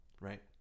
right